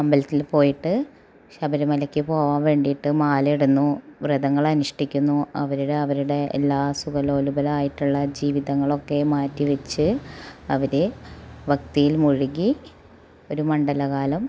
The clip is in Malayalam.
അമ്പലത്തിൽ പോയിട്ട് ശബരിമലയ്ക്ക് പോവാൻ വേണ്ടിയിട്ട് മാലയിടുന്നു വ്രതങ്ങൾ അനുഷ്ഠിക്കുന്നു അവരുടെ അവരുടെ എല്ലാ സുഖലോലുപം ആയിട്ടുള്ള ജീവിതങ്ങളൊക്കെ മാറ്റി വച്ച് അവരെ ഭക്തിയിൽ മുഴുകി ഒരു മണ്ഡലകാലം